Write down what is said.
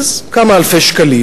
כמה אלפי שקלים.